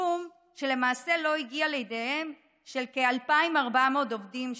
סכום שלמעשה לא הגיע לידיהם של כ-2,400 עובדים שנדגמו.